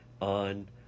on